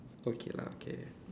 okay lah K